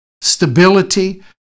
stability